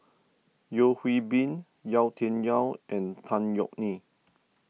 Yeo Hwee Bin Yau Tian Yau and Tan Yeok Nee